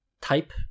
type